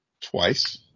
twice